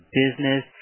business